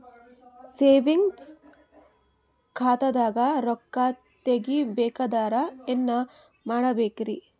Savings ಖಾತಾದಾಗ ರೊಕ್ಕ ತೇಗಿ ಬೇಕಾದರ ಏನ ಮಾಡಬೇಕರಿ?